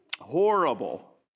horrible